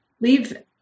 leave